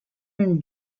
and